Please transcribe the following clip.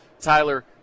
Tyler